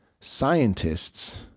scientists